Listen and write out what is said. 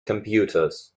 computers